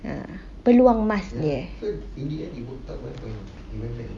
and below a mass near